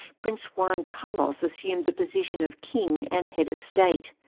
prince juan carlos assumed the position of king and head of state.